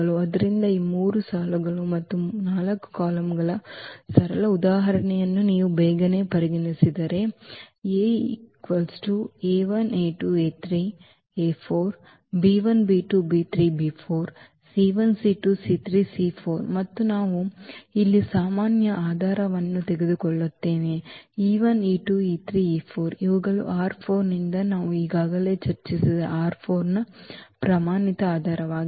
ಆದ್ದರಿಂದ ಈ 3 ಸಾಲುಗಳು ಮತ್ತು 4 ಕಾಲಮ್ಗಳ ಸರಳ ಉದಾಹರಣೆಯನ್ನು ನೀವು ಬೇಗನೆ ಪರಿಗಣಿಸಿದರೆ ಮತ್ತು ನಾವು ಇಲ್ಲಿ ಸಾಮಾನ್ಯ ಆಧಾರವನ್ನು ತೆಗೆದುಕೊಳ್ಳುತ್ತೇವೆ ಇವುಗಳು ನಿಂದ ನಾವು ಈಗಾಗಲೇ ಚರ್ಚಿಸಿದ ರ ಪ್ರಮಾಣಿತ ಆಧಾರವಾಗಿದೆ